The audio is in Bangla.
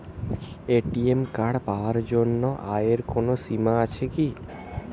এ.টি.এম কার্ড পাওয়ার জন্য আয়ের কোনো সীমা আছে কি?